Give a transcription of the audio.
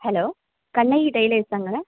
hello Kannagi tailors தாங்க